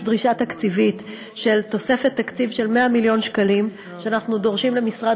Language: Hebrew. יש דרישה של תוספת תקציב של 100 מיליון שקלים שאנחנו דורשים למשרד